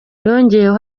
yongeyeho